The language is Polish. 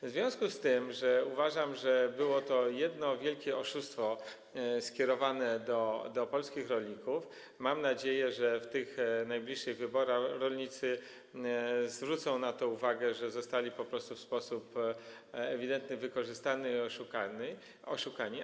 W związku z tym, że uważam, że było to jedno wielkie oszustwo skierowane do polskich rolników, i mam nadzieję, że w najbliższych wyborach rolnicy zwrócą na to uwagę, że zostali po prostu w sposób ewidentny wykorzystani i oszukani.